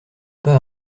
pas